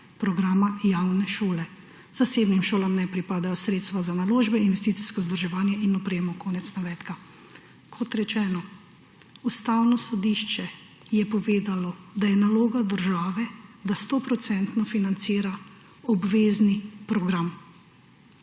programa javne šole. Zasebnim šolam ne pripadajo sredstva za naložbe, investicijsko vzdrževanje in opremo.« Konec navedka. Kot rečeno, Ustavno sodišče je povedalo, da je naloga države, da 100 % financira obvezni program,